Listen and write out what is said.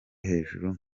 hejuru